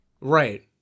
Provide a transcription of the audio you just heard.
Right